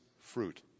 fruit